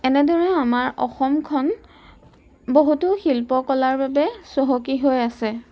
এনেদৰে আমাৰ অসমখন বহুতো শিল্পকলাৰ বাবে চহকী হৈ আছে